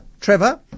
Trevor